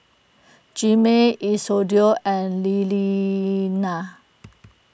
Jaime Isidore and Liliana